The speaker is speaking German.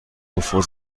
bevor